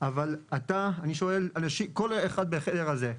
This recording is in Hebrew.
אבל אתה ואני שואל כל אחד מהחדר הזה,